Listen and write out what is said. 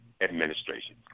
administration